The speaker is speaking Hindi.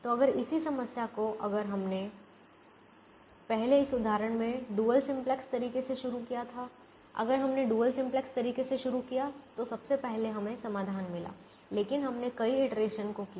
तो अगर इसी समस्या को अगर हमने पहले इस उदाहरण में डुअल सिम्प्लेक्स तरीके से शुरू किया था अगर हमने डुअल सिम्प्लेक्स तरीके से शुरू किया तो सबसे पहले हमें समाधान मिला लेकिन हमने कई इटरेशन को किया